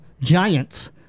giants